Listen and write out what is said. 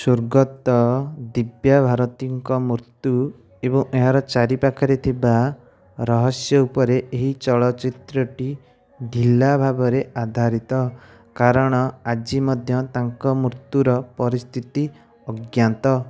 ସ୍ୱର୍ଗତ ଦିବ୍ୟା ଭାରତୀଙ୍କ ମୃତ୍ୟୁ ଏବଂ ଏହାର ଚାରିପାଖରେ ଥିବା ରହସ୍ୟ ଉପରେ ଏହି ଚଳଚ୍ଚିତ୍ରଟି ଢିଲା ଭାବରେ ଆଧାରିତ କାରଣ ଆଜି ମଧ୍ୟ ତାଙ୍କ ମୃତ୍ୟୁର ପରିସ୍ଥିତି ଅଜ୍ଞାତ